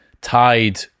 tied